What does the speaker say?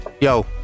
Yo